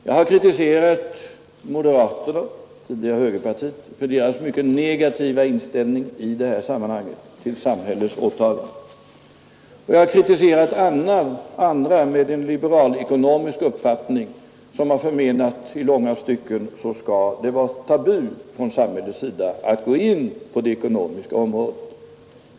Jag har kritiserat moderaterna för deras mycket negativa inställning i detta sammanhang till samhällets åtaganden, och jag har kritiserat andra med en liberal ekonomisk uppfattning, som har menat att det i långa stycken skall vara tabu för samhället att gå in på det ekonomiska området.